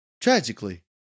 tragically